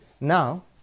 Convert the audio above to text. Now